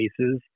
cases